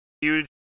huge